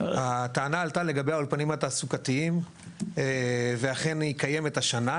--- הטענה עלתה לגבי האולפנים התעסוקתיים ואכן היא קיימת השנה,